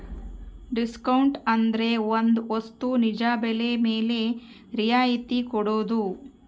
discount ಅಂದ್ರೆ ಒಂದ್ ವಸ್ತು ನಿಜ ಬೆಲೆ ಮೇಲೆ ರಿಯಾಯತಿ ಕೊಡೋದು